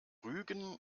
rügen